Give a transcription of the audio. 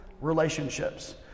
relationships